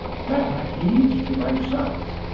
have a heed to thyself,